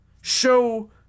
Show